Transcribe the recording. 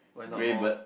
grey bird